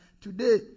today